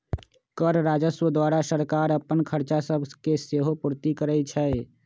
कर राजस्व द्वारा सरकार अप्पन खरचा सभके सेहो पूरति करै छै